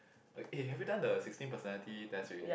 eh have you done the sixteen personality test already